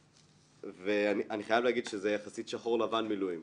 אני חייב להגיד שזה יחסית שחור-לבן מילואים,